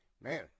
man